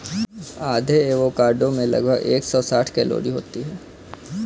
आधे एवोकाडो में लगभग एक सौ साठ कैलोरी होती है